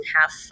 half